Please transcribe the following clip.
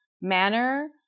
manner